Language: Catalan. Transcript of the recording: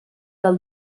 del